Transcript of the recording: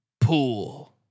pool